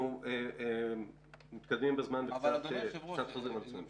אנחנו מתקדמים בזמן וקצת חוזרים על עצמנו.